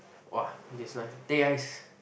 !wah! this one teh ice